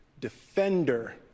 defender